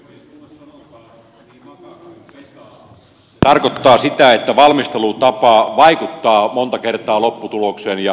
se tarkoittaa sitä että valmistelutapa vaikuttaa monta kertaa lopputulokseen ja ilmapiiriin